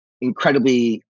incredibly